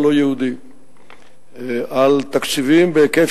היות שהם לא יכולים ליטול על עצמם את החלק